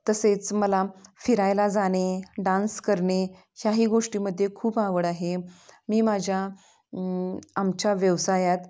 तसेच मला फिरायला जाणे डान्स करणे ह्याही गोष्टीमध्ये खूप आवड आहे मी माझ्या आमच्या व्यवसायात